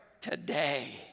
today